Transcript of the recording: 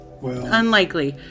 Unlikely